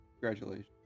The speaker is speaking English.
Congratulations